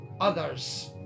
others